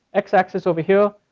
x axis over here,